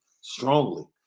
strongly